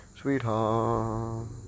sweetheart